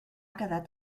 quedat